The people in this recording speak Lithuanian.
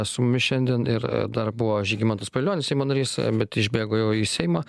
su mumis šiandien ir dar buvo žygimantas pavilionis seimo narys bet išbėgo jau į seimą